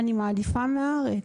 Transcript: אני מעדיפה מהארץ,